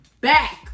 back